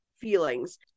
feelings